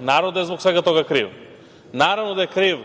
Naravno, da je zbog svega toga kriv. Naravno, da je kriv